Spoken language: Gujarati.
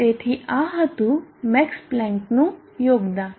તેથી આ હતું મેક્સ પ્લાન્કનું યોગદાન